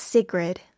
Sigrid